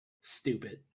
Stupid